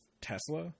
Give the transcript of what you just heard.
Tesla